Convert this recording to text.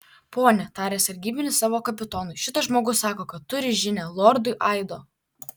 pone tarė sargybinis savo kapitonui šitas žmogus sako kad turi žinią lordui aido